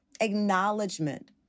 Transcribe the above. acknowledgement